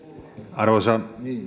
arvoisa